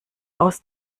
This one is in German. aus